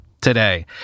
today